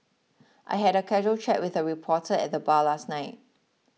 I had a casual chat with a reporter at the bar last night